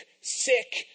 sick